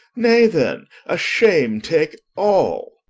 nay, then a shame take all